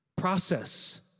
process